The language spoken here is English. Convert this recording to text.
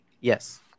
Yes